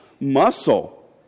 muscle